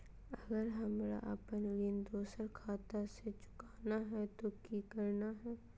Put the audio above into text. अगर हमरा अपन ऋण दोसर खाता से चुकाना है तो कि करना है?